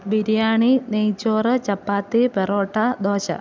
ബിരിയാണി നെയ്ച്ചോറ് ചപ്പാത്തി പെറോട്ട ദോശ